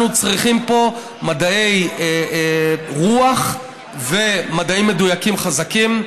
אנחנו צריכים פה מדעי רוח ומדעים מדויקים חזקים.